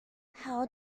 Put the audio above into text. how